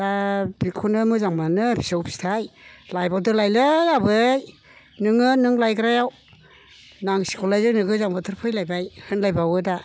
दा बेखौनो मोजां मोनो फिसौ फिथाइ लायबावदोलायलै आबै नोङो नों लायग्रायाव नांसिगौलाय जोंनो गोजां बोथोर फैलायबाय होनलायबावोदा